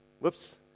Whoops